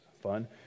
fun